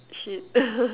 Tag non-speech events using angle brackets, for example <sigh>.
shit <laughs>